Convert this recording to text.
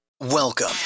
Welcome